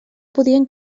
podien